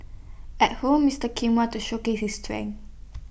at home Mister Kim want to showcase his strength